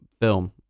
film